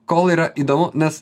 kol yra įdomu nes